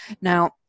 Now